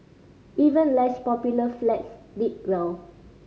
even less popular flats did well